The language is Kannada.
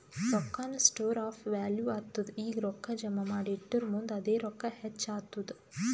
ರೊಕ್ಕಾನು ಸ್ಟೋರ್ ಆಫ್ ವ್ಯಾಲೂ ಆತ್ತುದ್ ಈಗ ರೊಕ್ಕಾ ಜಮಾ ಮಾಡಿ ಇಟ್ಟುರ್ ಮುಂದ್ ಅದೇ ರೊಕ್ಕಾ ಹೆಚ್ಚ್ ಆತ್ತುದ್